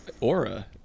aura